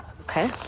okay